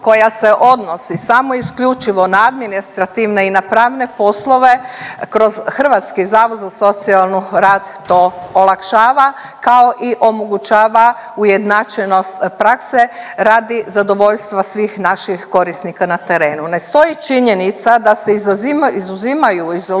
koja se odnosi samo isključivo na administrativne i na pravne poslove kroz hrvatski zavod za socijalnu rad to olakšava kao i omogućava ujednačenost prakse radi zadovoljstva svih naših korisnika na terenu. Ne stoji činjenica da se izuzimaju iz lokalne